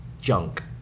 junk